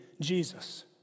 Jesus